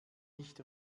nicht